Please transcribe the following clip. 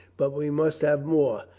but we must have more.